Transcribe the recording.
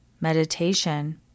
meditation